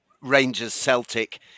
Rangers-Celtic